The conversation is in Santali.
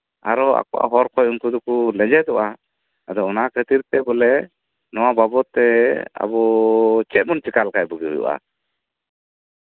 ᱟᱨᱚ ᱮᱴᱟᱜ ᱦᱚᱲ ᱫᱚ ᱩᱱᱠᱩ ᱫᱚᱠᱚ ᱞᱮᱸᱡᱮᱫᱚᱜᱼᱟ ᱟᱫᱚ ᱱᱚᱣᱟ ᱠᱷᱟᱹᱛᱤᱨ ᱛᱮ ᱱᱚᱣᱟ ᱵᱟᱵᱚᱫᱛᱮ ᱟᱵᱚ ᱪᱮᱫ ᱵᱚᱱ ᱪᱤᱠᱟ ᱞᱮᱠᱷᱟᱡ ᱵᱷᱟᱹᱜᱤ ᱦᱩᱭᱩᱜᱼᱟ